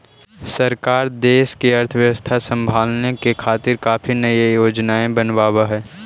सरकार देश की अर्थव्यवस्था संभालने के खातिर काफी नयी योजनाएं बनाव हई